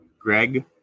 Greg